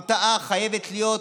הרתעה חייבת להיות יום-יום,